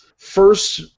First